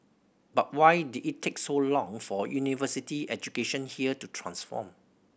but why did it take so long for university education here to transform